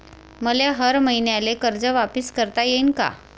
मले हर मईन्याले कर्ज वापिस करता येईन का?